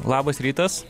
labas rytas